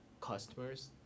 customers